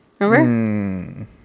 remember